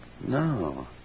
No